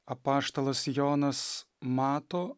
apaštalas jonas mato